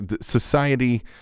society